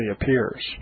appears